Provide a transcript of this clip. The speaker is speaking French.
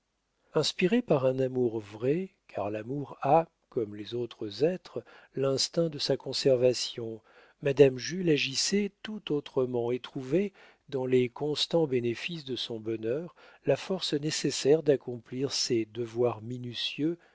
inspirée par un amour vrai car l'amour a comme les autres êtres l'instinct de sa conservation madame jules agissait tout autrement et trouvait dans les constants bénéfices de son bonheur la force nécessaire d'accomplir ces devoirs minutieux